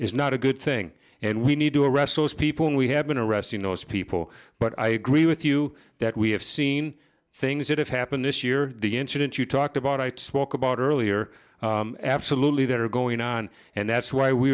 is not a good thing and we need to arrest those people and we have been arresting those people but i agree with you that we have seen things that have happened this year the incident you talked about i spoke about earlier absolutely that are going on and that's why we